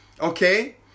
okay